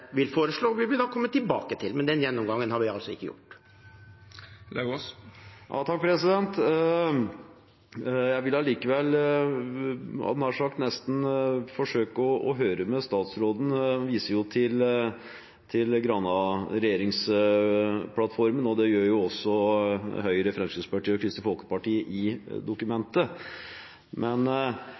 vil foreslå, vil vi komme tilbake til. Den gjennomgangen har vi altså ikke gjort. Jeg vil likevel høre med statsråden, som viser til regjeringsplattformen, og det gjør jo også Høyre, Fremskrittspartiet og Kristelig Folkeparti i dokumentet. Men